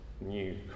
new